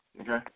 Okay